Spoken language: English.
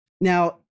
Now